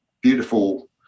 beautiful